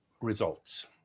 results